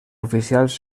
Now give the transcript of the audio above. oficials